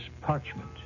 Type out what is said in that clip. parchment